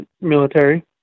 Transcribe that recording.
military